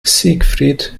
siegfried